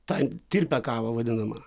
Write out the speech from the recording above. tą tirpią kavą vadinamą